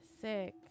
six